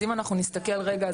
אז אם אנחנו נסתכל רגע,